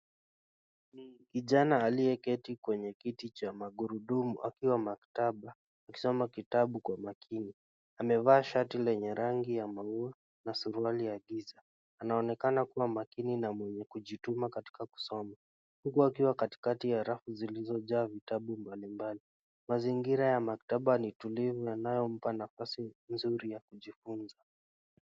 Kijana aliyeketi kwenye kiti cha magurudumu akiwa maktaba akisoma kitabu kwa makini amevaa shati lenye rangi ya maua na suruali ya giza. Anaonekana kuwa makini na mwenye kujituma katika kusoma huku akiwa katikati ya rafu zilizojaa vitabu mbalimbali. Mazingira ya maktaba ni tulivu yanayompa nafasi vizuri ya kujifunza.